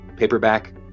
Paperback